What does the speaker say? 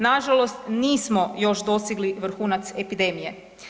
Nažalost nismo još dostigli vrhunac epidemije.